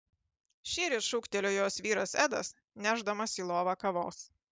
šįryt šūktelėjo jos vyras edas nešdamas į lovą kavos